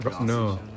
No